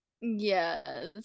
yes